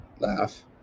laugh